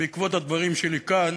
בעקבות הדברים שלי כאן,